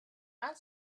and